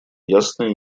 ясно